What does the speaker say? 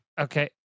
Okay